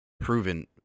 proven